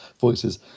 voices